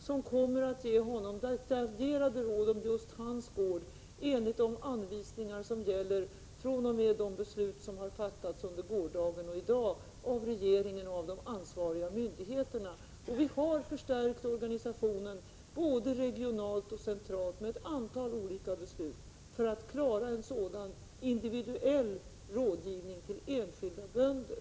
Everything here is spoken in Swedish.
Nämnden kommer att ge honom detaljerade råd avseende just hans gård enligt de anvisningar som gäller i och med de beslut som har fattats under gårdagen och i dag av regeringen och av de ansvariga myndigheterna. Genom ett antal olika beslut har vi förstärkt organisationen, både regionalt och centralt, så att den skall kunna klara en sådan individuell rådgivning till enskilda bönder.